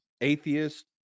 atheist